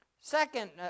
Second